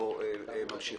לא, לא אמר לו.